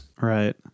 Right